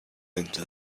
into